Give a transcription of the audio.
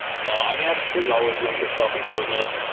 no. i mean, there's always room for self improvement.